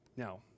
Now